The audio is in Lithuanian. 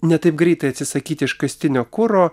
ne taip greitai atsisakyti iškastinio kuro